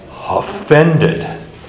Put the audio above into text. offended